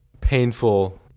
painful